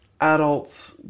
adults